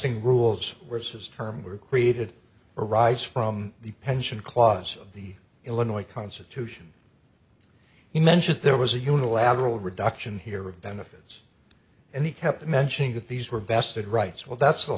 vesting rules were says term were created arise from the pension clause of the illinois constitution he mentioned there was a unilateral reduction here of benefits and he kept mentioning that these were vested rights well that's the